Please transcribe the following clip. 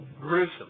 Gruesome